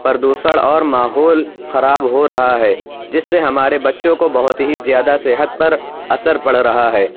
پردوشن اور ماحول خراب ہو رہا ہے جس سے ہمارے بچوں کو بہت ہی زیادہ صحت پر اثر پڑ رہا ہے